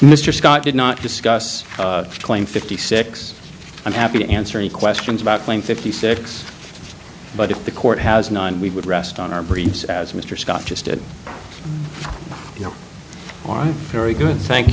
mr scott did not discuss claim fifty six i'm happy to answer any questions about playing fifty six but if the court has nine we would rest on our briefs as mr scott just did you know on a very good thank